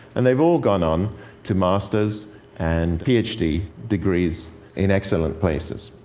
and they've all gone on to master's and ph d. degrees in excellent places.